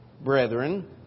brethren